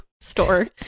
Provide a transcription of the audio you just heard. store